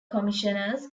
commissioners